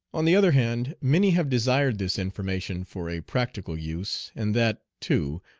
on the other hand, many have desired this information for a practical use, and that, too,